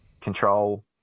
control